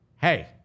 Hey